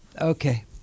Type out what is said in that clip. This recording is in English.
Okay